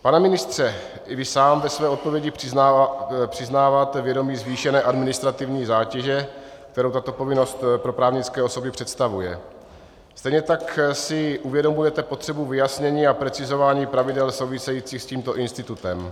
Pane ministře, i když sám ve své odpovědi přiznáváte vědomí zvýšené administrativní zátěže, kterou tato povinnost pro právnické osoby představuje, stejně tak si uvědomujete potřebu vyjasnění a precizování pravidel souvisejících s tímto institutem.